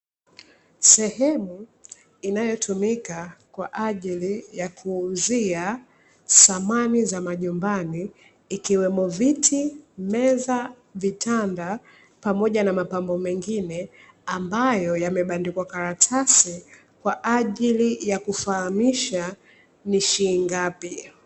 Sehemu inayotumika kwa ajili ya kuuzia samani za majumbani ikiwemo viti, meza, vitandana pamoja na mapambo mengine ambayo yamebandikwa karatasi kwa ajili ya kufahamisha ni shilingi ngapi.